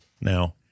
now